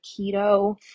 keto